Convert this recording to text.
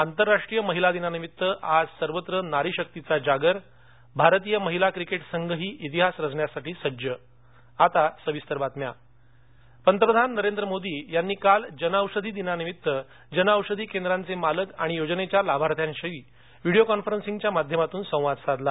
आंतरराष्ट्रीय महिला दिनानिमित्त आज सर्वत्र नारी शक्तीचा जागर भारतीय महिला क्रिकेट संघही इतिहास रचण्यासाठी सज्ज आता सविस्तर बातम्या जनऔषधी पंतप्रधान नरेंद्र मोदी यांनी काल जनऔषधी दिनानिमित्त जनऔषधी केंद्रांचे मालक आणि योजनेच्या लाभार्थ्यांशी व्हीडोओ कॉन्फरंसिंगच्या माध्यमातून संवाद साधला